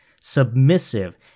submissive